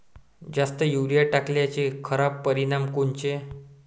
जास्त युरीया टाकल्याचे खराब परिनाम कोनचे?